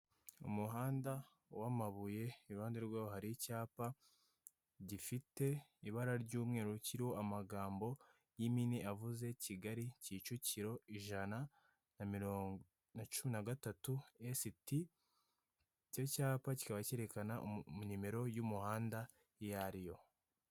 Umuhanda w'amabuye, iruhande rwawo hari icyapa gifite ibara ry'umweru, kiriho amagambo y'impine avuze Kigali, Kicukiro, ijana na cumi na gatatu, esiti, icyo cyapa kikaba cyerekana nimero y'umuhanda iyo ari yo.